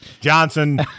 Johnson